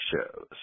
shows